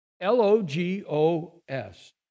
L-O-G-O-S